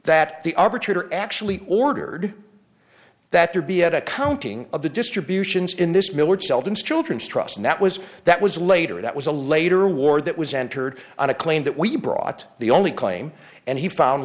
that the arbitrator actually ordered that there be an accounting of the distributions in this miller children's children's trust and that was that was later that was a later award that was entered on a claim that we brought the only claim and he found